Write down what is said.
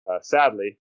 Sadly